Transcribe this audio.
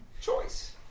choice